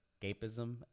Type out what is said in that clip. escapism